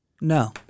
No